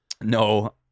No